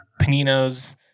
Panino's